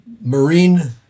marine